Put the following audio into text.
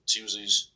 Tuesdays